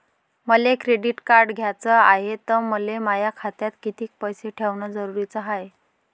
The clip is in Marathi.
मले क्रेडिट कार्ड घ्याचं हाय, त मले माया खात्यात कितीक पैसे ठेवणं जरुरीच हाय?